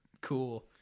cool